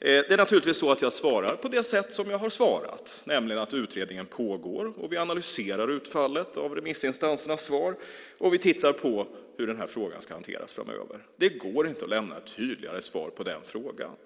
Jag svarar givetvis på det sätt som jag svarat, nämligen att utredningen pågår, att vi analyserar utfallet av remissinstansernas svar och tittar på hur frågan ska hanteras framöver. Det går inte att lämna ett tydligare svar på den frågan.